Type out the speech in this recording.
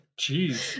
Jeez